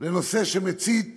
לנושא שמצית